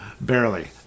barely